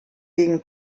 gegen